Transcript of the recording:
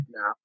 now